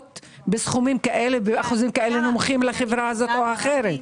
בסכומים כאלה באחוזים כאלה נמוכים לחברה זו או אחרת?